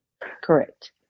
Correct